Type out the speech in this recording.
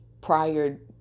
prior